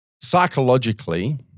Psychologically